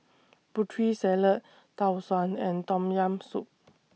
Putri Salad Tau Suan and Tom Yam Soup